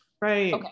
Right